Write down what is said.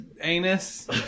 anus